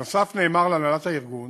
נוסף על כך נאמר להנהלת הארגון